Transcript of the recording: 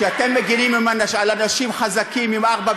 כשאתם מגינים על אנשים חזקים עם ארבע,